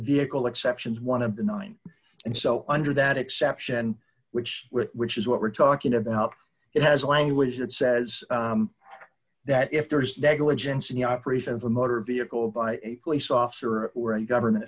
vehicle exceptions one of the nine and so under that exception which which is what we're talking about it has language that says that if there is negligence in the operation of a motor vehicle by a police officer or a government